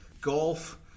golf